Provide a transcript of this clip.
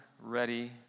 ready